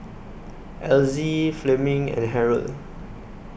Elzie Fleming and Harold